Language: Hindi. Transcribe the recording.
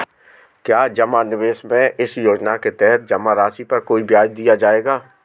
क्या जमा निवेश में इस योजना के तहत जमा राशि पर कोई ब्याज दिया जाएगा?